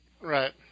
Right